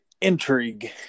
Intrigue